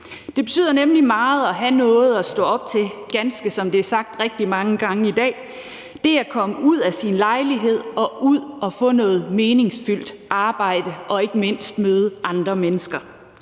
Det betyder nemlig meget at have noget at stå op til – ganske som det er sagt rigtig mange gange i dag – altså at komme ud af sin lejlighed og få noget meningsfyldt arbejde og ikke mindst møde andre mennesker.